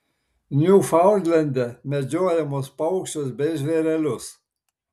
niufaundlende medžiojamus paukščius bei žvėrelius